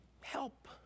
Help